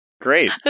Great